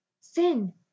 Sin